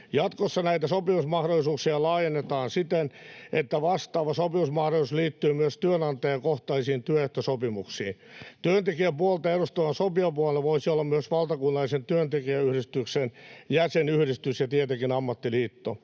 Jatkossa näitä sopimusmahdollisuuksia laajennetaan siten, että vastaava sopimusmahdollisuus liittyy myös työnantajakohtaisiin työehtosopimuksiin. Työntekijäpuolta edustava sopijapuoli voisi olla myös valtakunnallisen työntekijäyhdistyksen jäsenyhdistys ja tietenkin ammattiliitto.